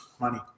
money